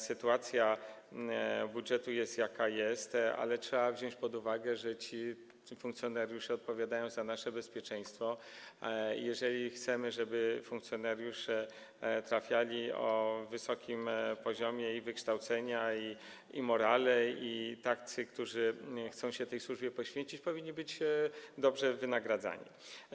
Sytuacja budżetu jest, jaka jest, ale trzeba wziąć pod uwagę, że ci funkcjonariusze odpowiadają za nasze bezpieczeństwo i jeżeli chcemy, żeby tam trafiali funkcjonariusze o wysokim poziomie i wykształcenia, i morale, i tacy, którzy chcą się tej służbie poświęcić, to powinni oni być dobrze wynagradzani.